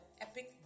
epic